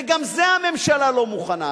וגם לזה הממשלה לא מוכנה.